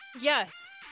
Yes